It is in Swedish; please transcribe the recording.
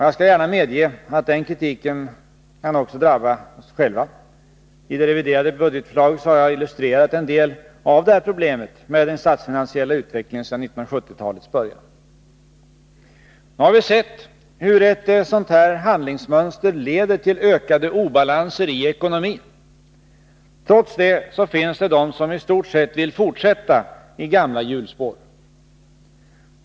Jag skall gärna medge att den kritiken delvis drabbar oss själva. I det reviderade budgetförslaget har jag illustrerat en del av det här problemet med den statsfinansiella utvecklingen sedan 1970-talets början. Nu har vi sett hur ett sådant här handlingsmönster leder till ökade obalanser i ekonomin. Trots det finns det de som i stort sett vill fortsätta i gamla hjulspår.